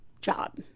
job